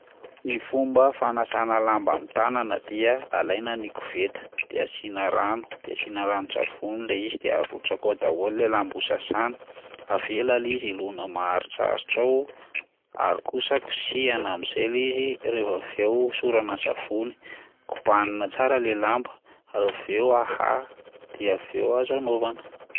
Ny fomba fanasana lamba amin'ny tanana dia: alaina ny koveta de asiana rano, de asiana ranon-tsavony lay izy de arotsaka ao daholo lay lamba ho sasana, avela lay izy hilona maharitraritra ao ary kosa kosehana amin'izay lay izy rehefa avy eo hosorana savony, kobanina tsara lay lamba ary avy eo ahaha dia avy eo azo anaovana.